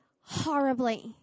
Horribly